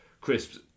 crisps